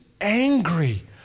angry